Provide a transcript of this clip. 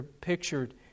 pictured